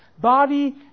body